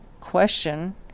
question